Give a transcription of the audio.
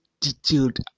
detailed